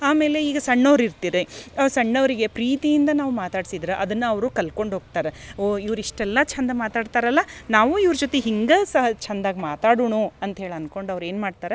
ಆಮೇಲೆ ಈಗ ಸಣ್ಣವ್ರು ಇರ್ತಿರಿ ಸಣ್ಣವರಿಗೆ ಪ್ರೀತಿಯಿಂದ ನಾವು ಮಾತಾಡ್ಸಿದ್ರ ಅದನ್ನ ಅವರು ಕಲ್ಕೊಂಡು ಹೋಗ್ತರ ಓ ಇವ್ರ ಇಷ್ಟೆಲ್ಲ ಚಂದ ಮಾತಾಡ್ತರಲ್ಲ ನಾವು ಇವ್ರ ಜೊತಿಗೆ ಹಿಂಗೆ ಸ ಚಂದಾಗೆ ಮಾತಾಡುಣು ಅಂತ್ಹೇಳಿ ಅನ್ಕೊಂಡು ಅವ್ರ ಏನು ಮಾಡ್ತರ